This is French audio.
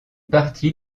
partie